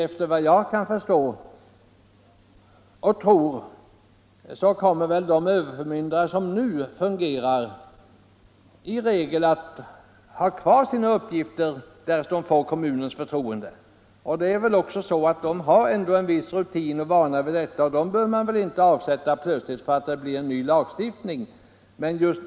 Efter vad jag kan förstå kommer de överförmyndare som nu fungerar att i regel ha kvar sina uppgifter, därest de får kommunens förtroende. De har ändå en viss rutin och vana, och dem bör man väl inte plötsligt avsätta därför att det blir en ny lag.